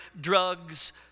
drugs